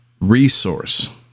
resource